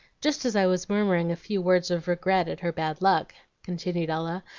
just as i was murmuring a few words of regret at her bad luck, continued ella,